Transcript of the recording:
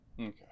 Okay